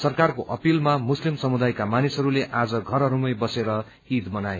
सरकारको अपीलमा मुस्लिम समुदायका मानिसहरूले आज घरहरूमै बसेर ईद मनाए